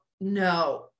no